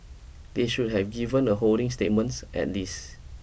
they should have given a holding statements at least